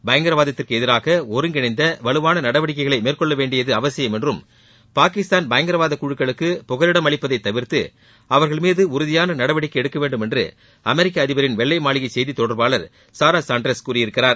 பயங்கரவாதத்திற்கு எதிராக ஒருங்கிணைந்த வலுவான நடவடிக்கைகளை மேற்கொள்ள வேண்டியது அவசியம் என்றும் பாகிஸ்தான் பயங்கரவாத குழுக்களுக்கு புகலிடம் அளிப்பதைத் தவிர்த்து அவர்கள் மீது உறுதிபான நடவடிக்கை எடுக்க வேண்டும் என்று அமெரிக்க அதிபரின் வெள்ளை மாளிகை செய்தித் தொடர்பாளர் சாரா சாண்ட்ர்ஸ் கூறியிருக்கிறார்